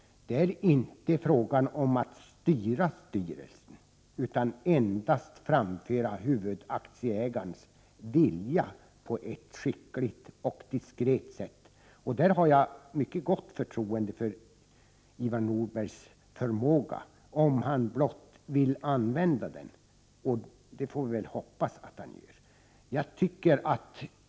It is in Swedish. Det är inte fråga om att styra styrelsen, utan det gäller endast att framföra huvudaktieägarens vilja på ett skickligt och diskret sätt. Där har jag ett mycket gott förtroende för Ivar Nordbergs förmåga — om han blott vill använda den, och det hoppas jag att han gör.